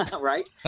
right